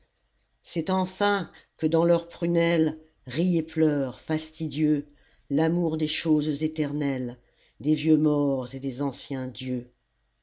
c'est enfin que dans leurs prunelles rit et pleure fastidieux lamour des choses éternelles des vieux morts et des anciens dieux